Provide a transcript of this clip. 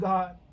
God